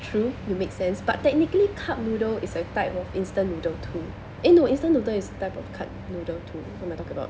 true you make sense but technically cup noodle is a type of instant noodle too eh no instant noodle is type of cup noodle too what am I talking about